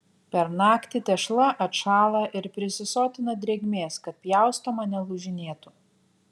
per naktį tešla atšąla ir prisisotina drėgmės kad pjaustoma nelūžinėtų